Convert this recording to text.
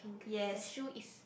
the shoe is